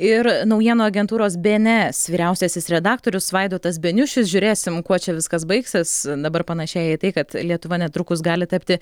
ir naujienų agentūros bns vyriausiasis redaktorius vaidotas beniušis žiūrėsim kuo čia viskas baigsis dabar panašėja į tai kad lietuva netrukus gali tapti